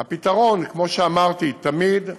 הפתרון, כמו שאמרתי תמיד,